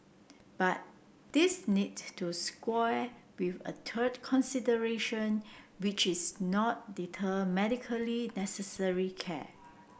but this need to square with a third consideration which is not deter medically necessary care